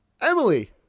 Emily